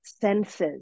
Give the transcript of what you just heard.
senses